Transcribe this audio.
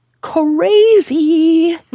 crazy